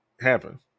happen